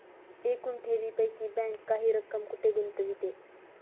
एकूण ठेवींपैकी बँक काही रक्कम कुठे गुंतविते?